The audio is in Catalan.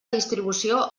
distribució